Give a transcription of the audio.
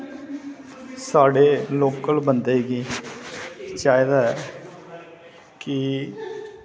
साढ़े लोकल बंदे गी चाहिदा ऐ की